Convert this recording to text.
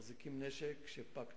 מחזיקים נשק שפג תוקפו.